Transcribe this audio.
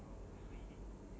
ya that's the thing